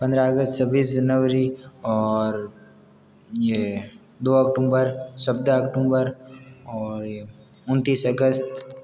पंद्रह अगस्त छब्बीस जनवरी और ये दो अक्टूबर सत्रह अक्टूबर और यह उनतीस अगस्त